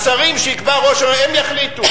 השרים, שיקבע ראש הממשלה, הם יחליטו.